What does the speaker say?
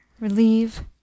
relieve